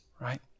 right